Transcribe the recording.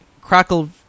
Crackle